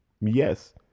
Yes